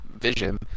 vision